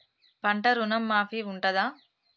పంట ఋణం మాఫీ ఉంటదా?